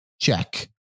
check